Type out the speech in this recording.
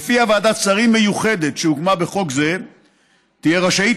שלפיו ועדת שרים מיוחדת שהוקמה בחוק זה תהיה רשאית